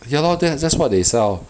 ya lor that's just what they sell